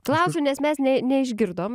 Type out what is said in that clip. klausiu nes mes ne neišgirdom